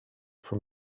from